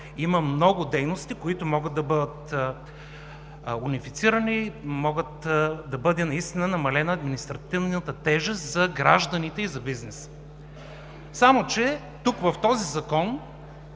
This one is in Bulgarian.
има много дейности, които могат да бъдат унифицирани и наистина да бъде намалена административната тежест за гражданите и за бизнеса. Само че тук в Закона